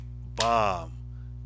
bomb